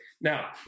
Now